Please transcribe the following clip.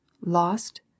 lost